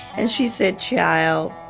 and she said, child,